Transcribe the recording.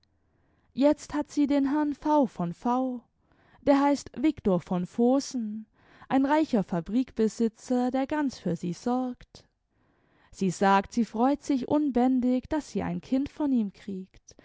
jetzt hat sie den herrn v v v der heißt viktor von vohsen ein reicher fabrikbesitzer der ganz für sie sorgt sie sagt sie freut sich imbändig daß sie ein kind von ihm kriegt